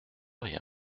rien